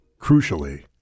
crucially